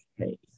Okay